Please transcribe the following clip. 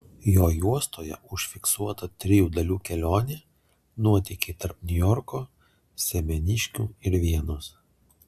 jo juostoje užfiksuota trijų dalių kelionė nuotykiai tarp niujorko semeniškių ir vienos